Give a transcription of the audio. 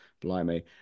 blimey